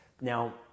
Now